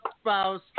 spouse